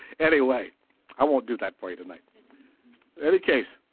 anyway i won't do that play tonight any case